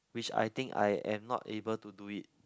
which I think I am not able to do it